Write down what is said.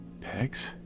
Pegs